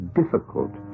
difficult